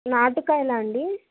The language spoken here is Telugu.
నాటు కాయలాండి